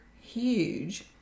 huge